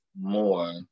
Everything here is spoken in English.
more